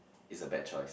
is a bad choice